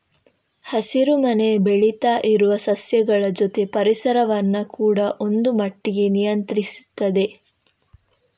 ಹಸಿರು ಮನೆ ಬೆಳೀತಾ ಇರುವ ಸಸ್ಯಗಳ ಜೊತೆ ಪರಿಸರವನ್ನ ಕೂಡಾ ಒಂದು ಮಟ್ಟಿಗೆ ನಿಯಂತ್ರಿಸ್ತದೆ